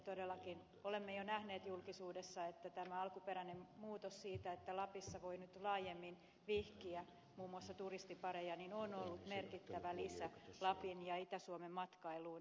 todellakin olemme jo nähneet julkisuudessa että tämä alkuperäinen muutos siitä että lapissa voi nyt laajemmin vihkiä muun muassa turistipareja on ollut merkittävä lisä lapin ja itä suomen matkailuun